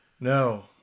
No